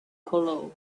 hollow